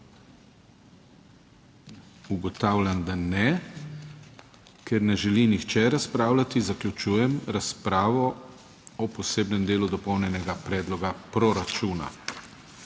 Ugotavljam, da ne. Ker ne želi nihče razpravljati zaključujem razpravo o posebnem delu dopolnjenega predloga proračuna.